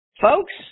folks